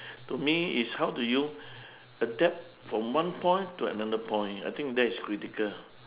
to me is how do you adapt from one point to another point I think that is critical